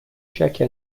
chaque